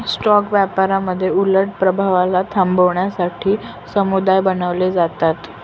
stock व्यापारामध्ये उलट प्रभावाला थांबवण्यासाठी समुदाय बनवले जातात